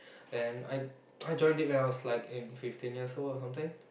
then I I joined it when I was like in fifteen years old or something